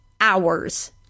hours